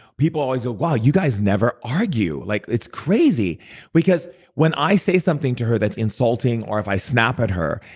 people always go, wow you guys never argue. like it's crazy. because when i say something to her that's insulting or if i snap at her,